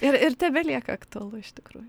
ir ir tebelieka aktualu iš tikrųjų